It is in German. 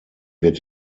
wird